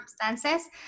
circumstances